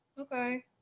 Okay